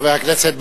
גם המדיניות,